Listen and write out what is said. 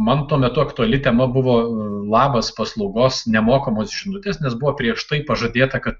man tuo metu aktuali tema buvo labas paslaugos nemokamos žinutės nes buvo prieš tai pažadėta kad